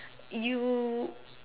you